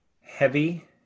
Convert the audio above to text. heavy